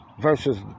versus